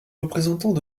représentants